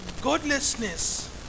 godlessness